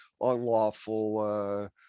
unlawful